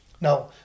now